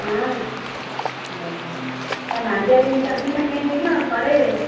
ହଁ ହେଉ ଆଉ ମାଣ୍ଡିଆ କେମିତି ଜନ୍ତିକିନା କେମିତି କ'ଣ କଡ଼େଇରେ